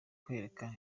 kwereka